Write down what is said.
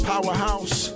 Powerhouse